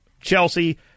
Chelsea